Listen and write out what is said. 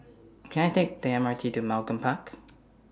Can I Take The M R T to Malcolm Park